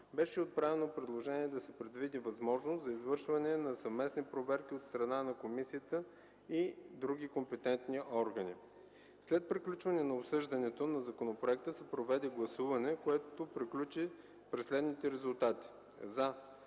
Беше отправено предложение да се предвиди възможност за извършване на съвместни проверки от страна на комисията и други компетентни органи. След приключване на обсъждането на законопроекта се проведе гласуване, което приключи при следните резултати: